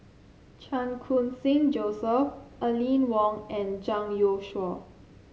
Chan Khun Sing Joseph Aline Wong and Zhang Youshuo